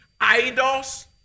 idols